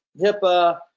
HIPAA